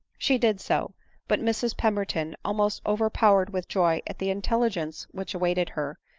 she did so but mrs pem berton, almost overpowered with joy at the intelligence which awaited her,